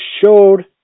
showed